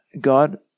God